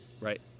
Right